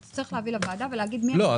אתה תצטרך להביא לוועדה ולהגיד --- לא,